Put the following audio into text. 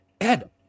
Ed